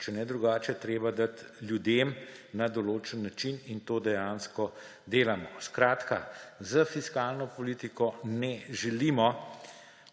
če ne drugače, treba dati ljudem na določen način in to dejansko delamo. S fiskalno politiko ne želimo